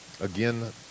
again